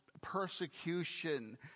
persecution